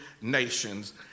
nations